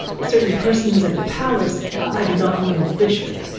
certain persons at the palace, i do not mean the bishop,